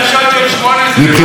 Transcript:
מבחינת החוק,